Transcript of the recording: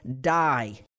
die